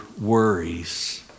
worries